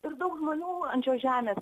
ir daug žmonių ant šios žemės